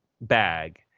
bag